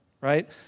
right